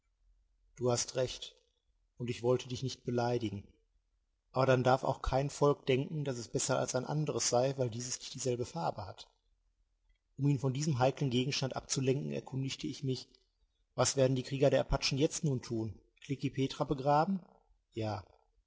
du hast recht und ich wollte dich nicht beleidigen aber dann darf auch kein volk denken daß es besser als ein anderes sei weil dieses nicht dieselbe farbe hat um ihn von diesem heiklen gegenstand abzulenken erkundigte ich mich was werden die krieger der apachen jetzt nun tun klekih petra begraben ja